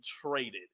traded